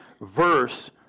verse